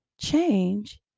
change